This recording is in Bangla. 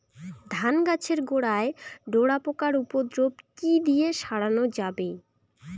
ধান গাছের গোড়ায় ডোরা পোকার উপদ্রব কি দিয়ে সারানো যাবে?